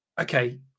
okay